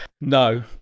no